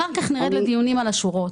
אחר כך נרד לדיונים על השורות.